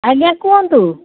ଆଜ୍ଞା କୁହନ୍ତୁ